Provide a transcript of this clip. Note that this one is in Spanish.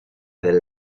del